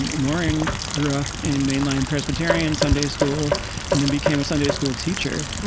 maureen grew up in mainline presbyterian sunday school and then became a sunday school teacher.